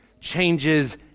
changes